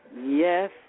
Yes